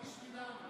זה לא בשבילם.